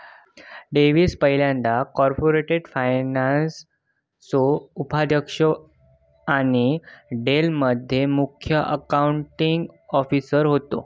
Davis पयल्यांदा corporate फायनान्सचो उपाध्यक्ष आणि डेल मध्ये मुख्य अकाउंटींग ऑफिसर होते